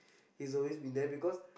he's always been there because